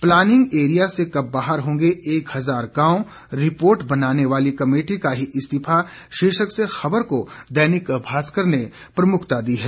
planning area से कब बाहर होंगे एक हजार गांव रिपोर्ट बनाने वाली कमेटी का ही इस्तीफा शीर्षक से खबर को दैनिक भास्कर ने प्रमुखता दी है